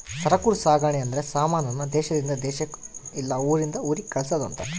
ಸರಕು ಸಾಗಣೆ ಅಂದ್ರೆ ಸಮಾನ ನ ದೇಶಾದಿಂದ ದೇಶಕ್ ಇಲ್ಲ ಊರಿಂದ ಊರಿಗೆ ಕಳ್ಸದ್ ಅಂತ